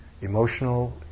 Emotional